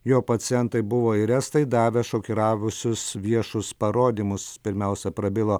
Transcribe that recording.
jo pacientai buvo ir estai davę šokiravusius viešus parodymus pirmiausia prabilo